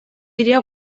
dira